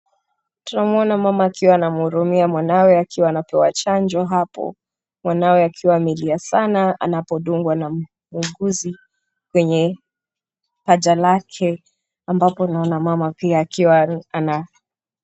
Twamwona mama akiwa anamhurumia mwanawe akiwa anapewa chanjo hapo mwanawe akiwa amelia sana anapodungwa na muuguzi kwenye paja lake ambapo naona mama pia akiwa ana.